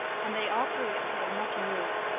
and they all three appeared much amused.